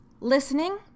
listening